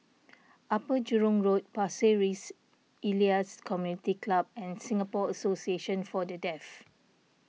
Upper Jurong Road Pasir Ris Elias Community Club and Singapore Association for the Deaf